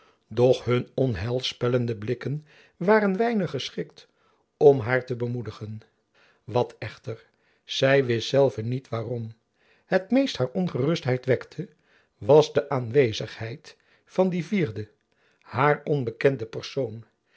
doch hun onheilspellende blikken waren weinig geschikt om haar te bemoedigen wat echter zy wist zelve niet waarom het meest haar ongerustheid wekte was de aanwezigheid van die vierde haar onbekende persoon